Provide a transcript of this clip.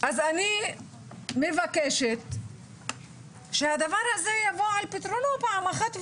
אז אני מבקשת שהדבר הזה יבוא על פתרונו פעם אחת ולתמיד.